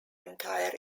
entire